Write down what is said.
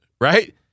Right